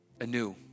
anew